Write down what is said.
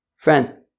Friends